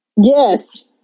Yes